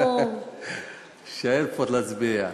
תישאר לפחות להצביע.